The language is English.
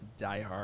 diehard